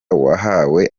wahawe